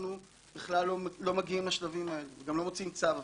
אנחנו בכלל לא מגיעים לשלבים האלה וגם לא מוציאים צו אפילו,